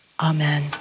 Amen